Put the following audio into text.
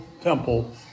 temple